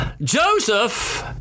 Joseph